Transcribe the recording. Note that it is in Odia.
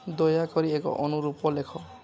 ଦୟାକରି ଏକ ଅନୁରୂପ ଲେଖ